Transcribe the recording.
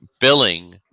billing